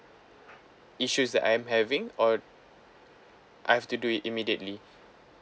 issues that I'm having or I have to do it immediately